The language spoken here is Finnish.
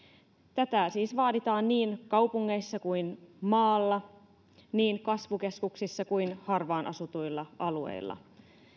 tätä siis vaaditaan niin kaupungeissa kuin maalla niin kasvukeskuksissa kuin harvaan asutuilla alueilla